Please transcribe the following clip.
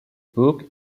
book